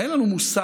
אין לנו מושג